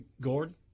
Gordon